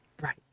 Right